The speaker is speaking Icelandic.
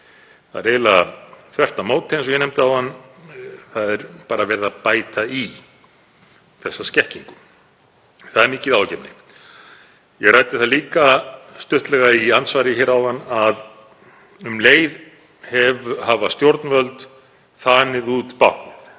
Það er eiginlega þvert á móti, eins og ég nefndi áðan, bara verið að bæta í þessa skekkingu. Það er mikið áhyggjuefni. Ég ræddi það líka stuttlega í andsvari hér áðan að um leið hafa stjórnvöld þanið út báknið,